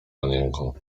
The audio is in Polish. panienką